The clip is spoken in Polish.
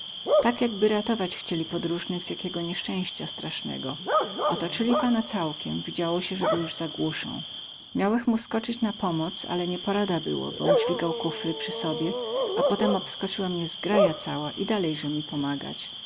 tak jakby ratować chcieli podroznych z jakiego niescęścia strasnego otocyli pana całkem widziało sie ze go juz zagłusą miałech mu skocyć na pumoc ale nie porada było bom dźwigał kufry przy sobie a potem obskocyła mie zgraja dokoła i dalejze mi pomagać